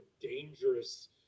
dangerous